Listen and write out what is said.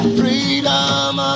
freedom